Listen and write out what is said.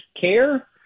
care